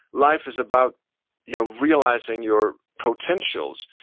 life is about you know realizing your potentials.